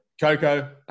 Coco